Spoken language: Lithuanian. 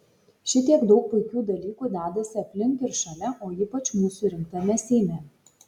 šitiek daug puikių dalykų dedasi aplink ir šalia o ypač mūsų rinktame seime